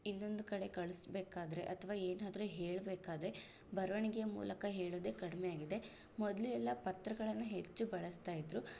ಇನ್ನೊಂದು ಕಡೆ ಕಳಿಸಬೇಕಾದರೆ ಅಥವಾ ಏನಾದರು ಹೇಳಬೇಕಾದರೆ ಬರವಣಿಗೆ ಮೂಲಕ ಹೇಳೋದೇ ಕಡಿಮೆಯಾಗಿದೆ ಮೊದಲು ಎಲ್ಲ ಪತ್ರಗಳನ್ನು ಹೆಚ್ಚು ಬಳಸ್ತಾ ಇದ್ದರು